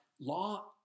Law